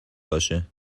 باشه